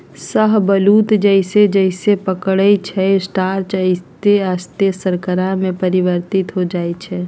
शाहबलूत जइसे जइसे पकइ छइ स्टार्च आश्ते आस्ते शर्करा में परिवर्तित हो जाइ छइ